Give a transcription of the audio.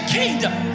kingdom